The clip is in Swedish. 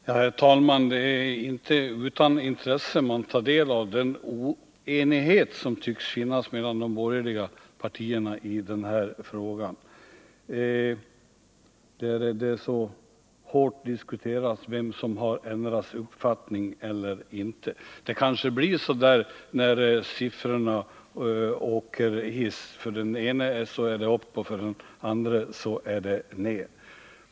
Herr talman! Det är inte utan intresse man tar del av den oenighet som tycks råda mellan de borgerliga partierna i denna fråga, när det så hårt diskuteras vem som har ändrat uppfattning. Det kanske blir så där, när röstsiffrorna åker hiss. För det ena partiet är det upp och för det andra ner.